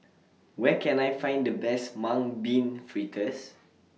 Where Can I Find The Best Mung Bean Fritters